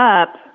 up